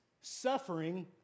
suffering